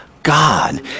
God